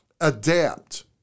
Adapt